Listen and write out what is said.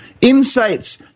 Insights